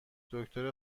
دکتر